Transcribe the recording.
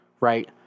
right